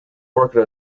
working